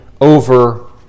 over